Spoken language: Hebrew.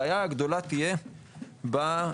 הבעיה הגדולה תהיה בפריפריה,